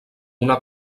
una